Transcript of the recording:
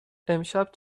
امشب